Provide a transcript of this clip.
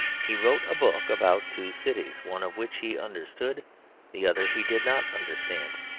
he wrote a book about two cities, one of which he understood the other he did not understand.